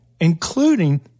including